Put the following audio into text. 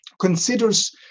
considers